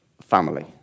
family